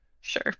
Sure